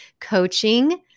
Coaching